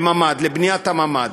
לבניית הממ"ד.